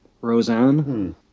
Roseanne